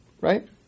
right